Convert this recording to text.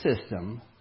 system